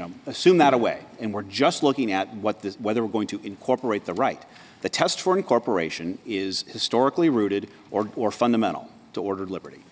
know assume that a way and we're just looking at what this is whether we're going to incorporate the right the test for incorporation is historically rooted or or fundamental to ordered liberty